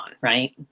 right